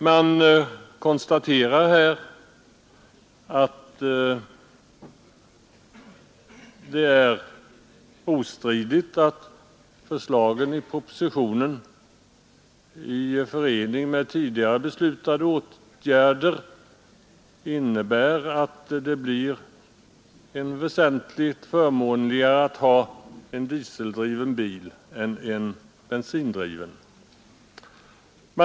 Man konstaterar att det är ostridigt att förslagen i propositionen i förening med tidigare beslutade åtgärder innebär att det blir väsentligt förmånligare att ha en dieseldriven bil än att ha en bensindriven.